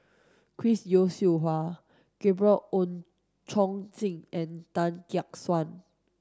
Chris Yeo Siew Hua Gabriel Oon Chong Jin and Tan Gek Suan